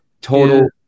total